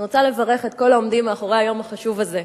אני רוצה לברך את כל העומדים מאחורי היום החשוב הזה,